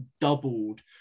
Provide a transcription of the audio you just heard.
doubled